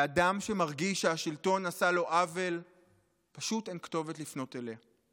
לאדם שמרגיש שהשלטון עשה לו עוול פשוט אין כתובת לפנות אליה.